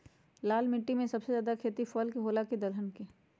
लाल मिट्टी पर सबसे ज्यादा खेती फल के होला की दलहन के?